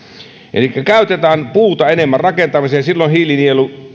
elikkä käytetään puuta enemmän rakentamiseen silloin hiilinielu